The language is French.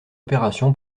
opération